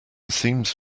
seems